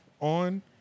on